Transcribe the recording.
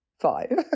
five